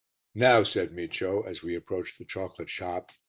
now, said micio as we approached the chocolate shop,